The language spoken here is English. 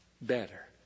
better